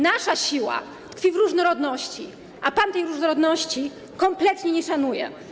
Nasza siła tkwi w różnorodności, a pan tej różnorodności kompletnie nie szanuje.